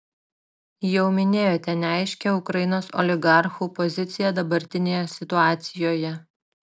jau minėjote neaiškią ukrainos oligarchų poziciją dabartinėje situacijoje